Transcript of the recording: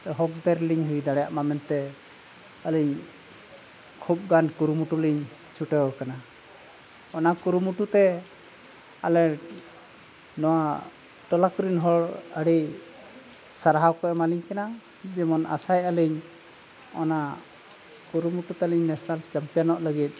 ᱦᱳᱠᱫᱟᱨᱞᱤᱧ ᱦᱩᱭ ᱫᱟᱲᱮᱭᱟᱜᱼᱢᱟ ᱢᱮᱱᱛᱮ ᱟᱹᱞᱤᱧ ᱠᱷᱩᱵ ᱜᱟᱱ ᱠᱩᱨᱩᱢᱩᱴᱩᱞᱤᱧ ᱪᱷᱩᱴᱟᱹᱣ ᱟᱠᱟᱱᱟ ᱚᱱᱟ ᱠᱩᱨᱩᱢᱩᱴᱩᱛᱮ ᱟᱞᱮ ᱱᱚᱣᱟ ᱴᱚᱞᱟ ᱠᱚᱨᱮᱱ ᱦᱚᱲ ᱟᱹᱰᱤ ᱥᱟᱨᱦᱟᱣ ᱠᱚ ᱮᱢᱟᱞᱤᱧ ᱠᱟᱱᱟ ᱡᱮᱢᱚᱱ ᱟᱥᱟᱭᱮᱫᱟᱞᱤᱧ ᱚᱱᱟ ᱠᱩᱨᱩᱢᱩᱴᱩ ᱛᱟᱹᱞᱤᱧ ᱱᱮᱥᱱᱮᱞ ᱪᱟᱢᱯᱤᱭᱟᱱᱚᱜ ᱞᱟᱹᱜᱤᱫ